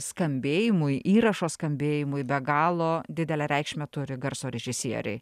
skambėjimui įrašo skambėjimui be galo didelę reikšmę turi garso režisieriai